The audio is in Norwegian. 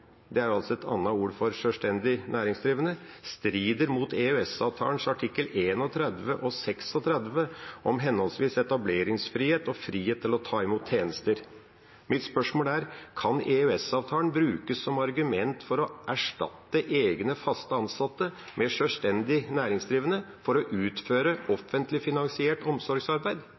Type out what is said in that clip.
det er et annet ord for sjølstendig næringsdrivende – strider mot EØS-avtalens artikler 31 og 36 om henholdsvis etableringsfrihet og frihet til å ta imot tjenester. Mitt spørsmål er: Kan EØS-avtalen brukes som argument for å erstatte egne fast ansatte med sjølstendig næringsdrivende for å utføre offentlig finansiert omsorgsarbeid?